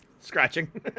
scratching